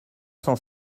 cent